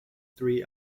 three